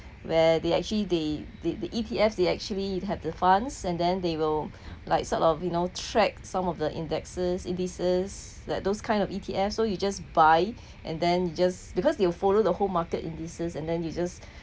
where they actually they the the E_T_F they actually had the funds and then they will like sort of you know track some of the indexes indices like those kind of E_T_F so you just buy and then you just because they will follow the whole market indices and then you just